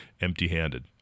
empty-handed